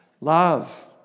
Love